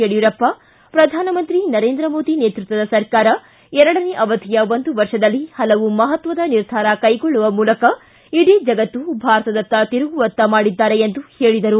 ಯಡಿಯೂರಪ್ಪ ಶ್ರಧಾನಮಂತ್ರಿ ನರೇಂದ್ರ ಮೋದಿ ನೇತೃತ್ವದ ಸರ್ಕಾರ ಎರಡನೇ ಅವಧಿಯ ಒಂದು ವರ್ಷದಲ್ಲಿ ಹಲವು ಮಹತ್ವದ ನಿರ್ಧಾರ ಕೈಗೊಳ್ಳುವ ಮೂಲಕ ಇಡೀ ಜಗತ್ತು ಭಾರತದತ್ತ ತಿರುಗುವತ್ತ ಮಾಡಿದ್ದಾರೆ ಎಂದು ಹೇಳಿದರು